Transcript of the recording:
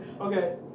okay